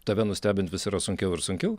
tave nustebint vis yra sunkiau ir sunkiau